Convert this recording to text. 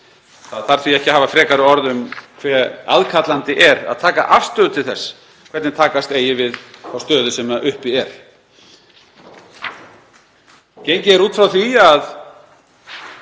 Það þarf því ekki að hafa frekari orð um hve aðkallandi er að taka afstöðu til þess hvernig takast eigi á við þá stöðu sem uppi er.